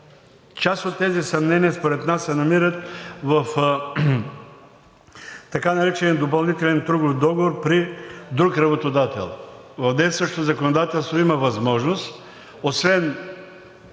Част от тези съмнения според нас се намират в така наречения допълнителен трудов договор при друг работодател. В действащото законодателство има възможност освен